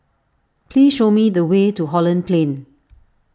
please show me the way to Holland Plain